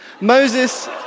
Moses